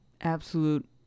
Absolute